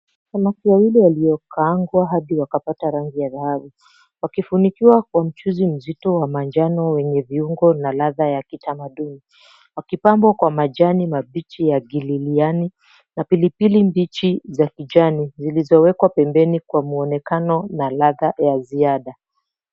Samaki wawili waliokaangwa hadi wakapata rangi ya dhahabu, wakifunikiwa kwa mchuzi mzito wa manjano wenye viungo na ladha ya kitamaduni. Wakipambwa kwa majani mabichi ya gililiani na pilipili mbichi za kijani zilizowekwa pembeni kwa muonekano na ladha ya ziada.